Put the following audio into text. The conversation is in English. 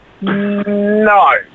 No